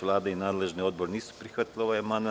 Vlada i nadležni odbor nisu prihvatili ovaj amandman.